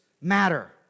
matter